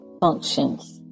functions